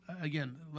again